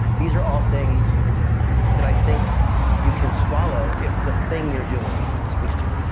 these are all things that i think you can swallow if the thing you're doing speaks to you.